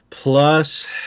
Plus